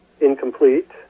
incomplete